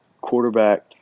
quarterback